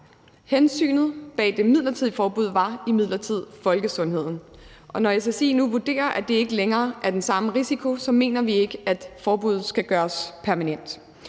Hensynet bag det midlertidige forbud var imidlertid folkesundheden, og når SSI nu vurderer, at der ikke længere er den samme risiko, så mener vi ikke, at forbuddet skal gøres permanent,